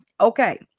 Okay